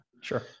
Sure